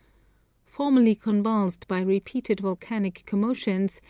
formerly convulsed by repeated volcanic commotions,